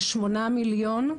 לשמונה מיליון,